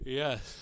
yes